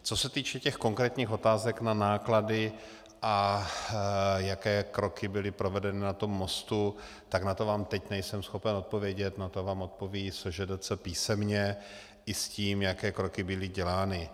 Co se týče těch konkrétních otázek na náklady a jaké kroky byly provedeny na tom mostu, tak na to vám teď nejsem schopen odpovědět, na to vám odpoví SŽDC písemně i s tím, jaké kroky byly dělány.